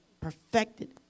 perfected